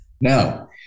Now